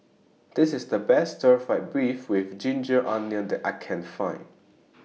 This IS The Best Stir Fried Beef with Ginger Onions that I Can Find